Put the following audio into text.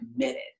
committed